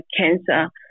cancer